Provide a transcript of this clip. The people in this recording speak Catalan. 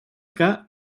que